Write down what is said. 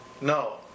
no